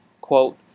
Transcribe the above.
quote